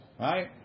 Right